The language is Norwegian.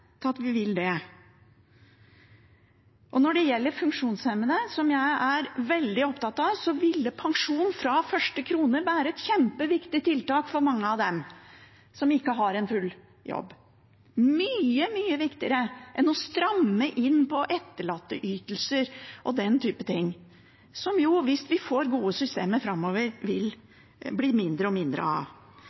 Når det gjelder funksjonshemmede, som jeg er veldig opptatt av, ville pensjon fra første krone være et kjempeviktig tiltak for mange av dem som ikke har full jobb – mye viktigere enn å stramme inn på etterlatteytelser og den typen ting, som det, hvis vi får gode systemer framover, vil bli mindre og mindre av.